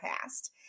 past